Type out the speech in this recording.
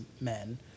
Men